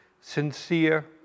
sincere